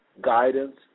guidance